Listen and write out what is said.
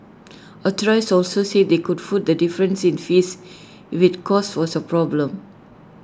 authorities also said they could foot the difference in fees if IT cost was A problem